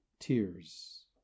tears